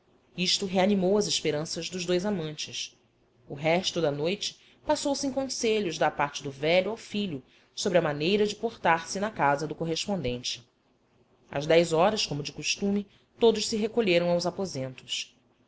isto reanimou as esperanças dos dois amantes o resto da noite passou-se em conselhos da parte do velho ao filho sobre a maneira de portar se na casa do correspondente às dez horas como de costume todos se recolheram aos aposentos